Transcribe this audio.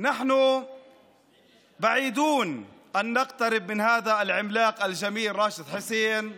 אנחנו רחוקים מלהתקרב לענק היפה הזה ראשד חוסיין,